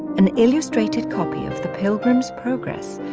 an illustrated copy of the pilgrims progress,